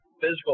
physical